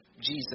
Jesus